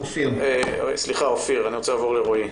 אני רוצה לעבור לרועי,